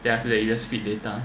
then after that you just feed data